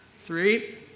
three